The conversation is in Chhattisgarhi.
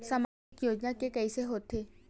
सामाजिक योजना के कइसे होथे?